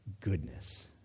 goodness